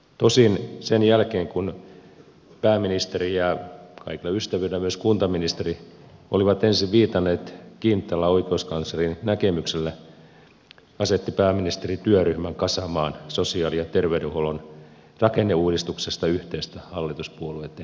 tosin sen jälkeen kun pääministeri ja kaikella ystävyydellä myös kuntaministeri olivat ensin viitanneet kintaalla oikeuskanslerin näkemykselle asetti pääministeri työryhmän kasaamaan sosiaali ja terveydenhuollon rakenneuudistuksesta yhteistä hallituspuolueitten näkemystä